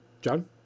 John